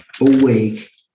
awake